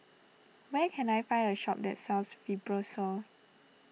where can I find a shop that sells Fibrosol